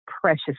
precious